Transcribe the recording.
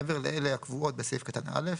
מעבר לאלה הקבועות בסעיף קטן (א),